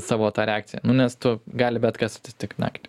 savo ta reakcija nu nes tu gali bet kas atsitikt naktį